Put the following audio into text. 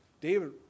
David